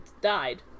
died